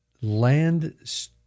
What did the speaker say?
land